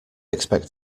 expect